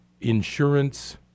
insurance